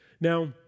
Now